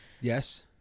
Yes